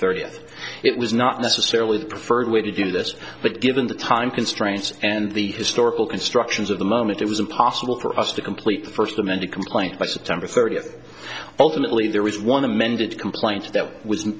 thirtieth it was not necessarily the preferred way to do this but given the time constraints and the historical constructions of the moment it was impossible for us to complete the first amended complaint by september thirtieth ultimately there was one amended complaint that was